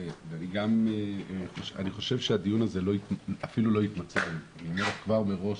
אני חושב שהדיון הזה אפילו לא --- אני אומר כבר מראש,